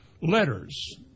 letters